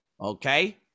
okay